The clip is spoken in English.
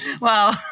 Wow